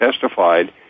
testified